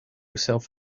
self